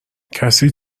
کسی